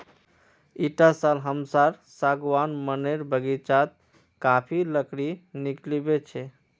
इटा साल हमसार सागवान मनेर बगीचात काफी लकड़ी निकलिबे छे